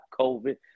COVID